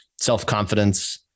self-confidence